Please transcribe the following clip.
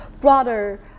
broader